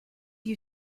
you